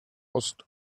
ost